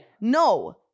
No